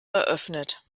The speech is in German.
eröffnet